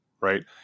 right